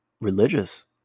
religious